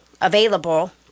available